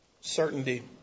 Certainty